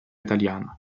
italiana